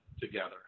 together